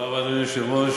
אדוני היושב-ראש,